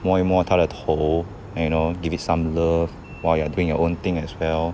摸一摸它的头 and then you know give it some love while you're doing your own thing as well